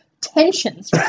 Tensions